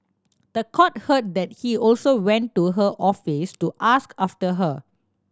the court heard that he also went to her office to ask after her